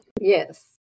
Yes